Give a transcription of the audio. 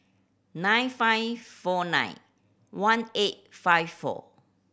nine five four nine one eight five four